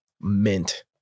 mint